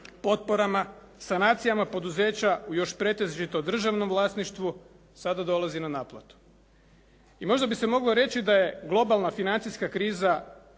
potporama, sanacijama u poduzeća u još pretežito državnom vlasništvu, sada dolazi na naplatu. I možda bi se moglo reći da je globalna financijska kriza